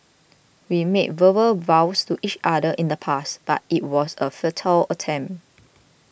we made verbal vows to each other in the past but it was a futile attempt